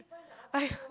I